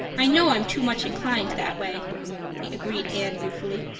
i know i'm too much inclined that, way agreed anne ruefully.